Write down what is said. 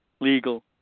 legal